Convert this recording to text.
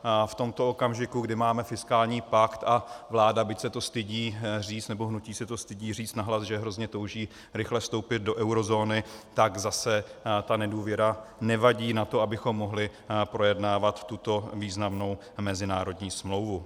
V tomto okamžiku, kdy máme fiskální pakt a vláda, byť se to stydí říci, nebo hnutí se to stydí říci nahlas, že hrozně touží rychle vstoupit do eurozóny, tak zase ta nedůvěra nevadí na to, abychom mohli projednávat tuto významnou mezinárodní smlouvu.